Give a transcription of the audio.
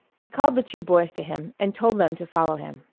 he called the two boys to him, and told them to follow him.